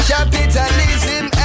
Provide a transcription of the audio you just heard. Capitalism